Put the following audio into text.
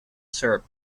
syrup